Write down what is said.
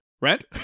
Rent